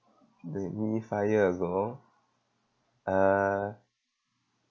the me five year ago uh